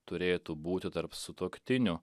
turėtų būti tarp sutuoktinių